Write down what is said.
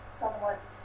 somewhat